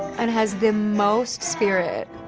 and has the most spirit.